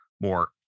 more